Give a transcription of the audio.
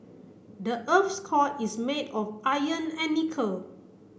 the earth's core is made of iron and nickel